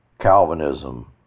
Calvinism